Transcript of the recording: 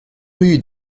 rue